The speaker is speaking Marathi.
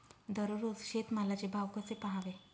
दररोज शेतमालाचे भाव कसे पहावे?